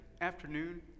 afternoon